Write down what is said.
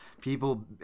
people